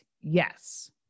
yes